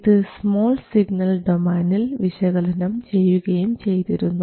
ഇത് small signal ഡൊമൈനിൽ വിശകലനം ചെയ്യുകയും ചെയ്തിരുന്നു